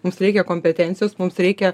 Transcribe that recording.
mums reikia kompetencijos mums reikia